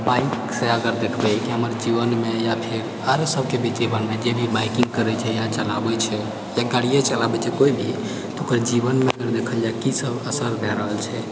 बाइकसँ अगर देखबै कि हमर जीवनमे या फेर आरो सबके भी जे भी बाइकिंग करै छै या चलाबै छै या गाड़ीये चलाबै छै कोइ भी तऽ ओकर जीवनमे अगर देखल जाइ की सब असर भए रहल छै